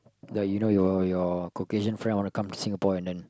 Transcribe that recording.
ya you know your your caucasian friend wanna come to Singapore and then